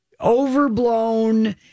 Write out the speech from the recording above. overblown